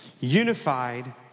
Unified